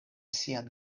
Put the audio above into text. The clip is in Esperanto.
sian